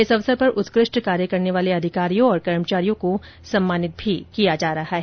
इस अवसर पर उत्कृष्ट कार्य करने वाले अधिकारियों तथा कर्मचारियों को सम्मानित भी किया जा रहा है